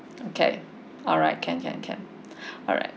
okay alright can can can alright